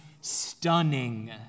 stunning